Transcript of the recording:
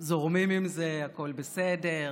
זורמים עם זה, הכול בסדר.